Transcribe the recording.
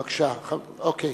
בבקשה, אוקיי,